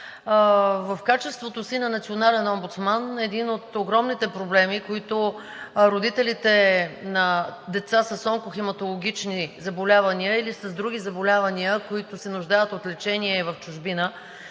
В качеството си на национален омбудсман един от огромните проблеми на родителите на деца с онкохематологични заболявания или с други заболявания, които се нуждаят от лечение в чужбина